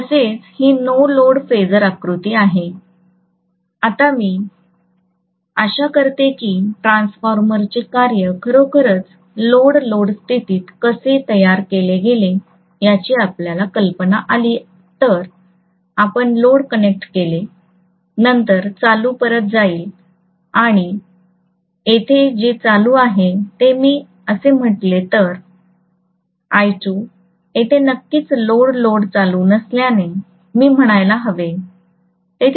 तसेच ही no load phasor आकृती आहे आता मी आशा करते की ट्रान्सफॉर्मरचे कार्य खरोखरच लोड लोड स्थितीत कसे तयार केले गेले याची आपल्याला कल्पना आली तर आपण लोड कनेक्ट केले नंतर चालू परत जाईल आणि येथे जे चालू आहे ते मी असे म्हटले तर I2 येथे नक्कीच लोड लोड चालू नसल्याचे मी म्हणायला हवे